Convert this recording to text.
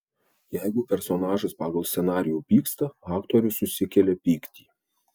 jeigu personažas pagal scenarijų pyksta aktorius susikelia pyktį